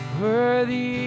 worthy